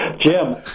Jim